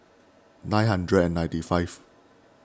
nine hundred and ninety five